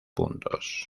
puntos